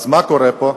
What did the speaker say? אז מה קורה פה?